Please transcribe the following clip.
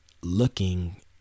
looking